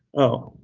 oh,